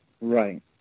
right